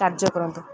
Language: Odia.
କାର୍ଯ୍ୟ କରନ୍ତୁ